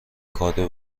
کادو